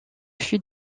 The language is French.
fut